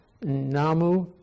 namu